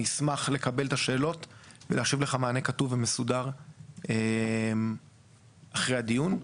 אני אשמח לקבל את השאלות ולהשיב לך מענה כתוב ומסודר אחרי הדיון.